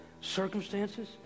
circumstances